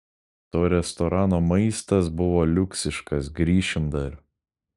to restorano maistas buvo liuksiškas grįšim dar